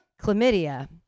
chlamydia